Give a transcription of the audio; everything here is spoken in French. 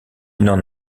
n’en